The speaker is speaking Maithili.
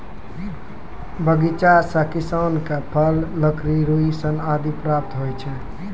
बगीचा सें किसान क फल, लकड़ी, रुई, सन आदि प्राप्त होय छै